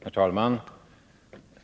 Herr talman!